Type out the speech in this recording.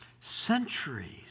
centuries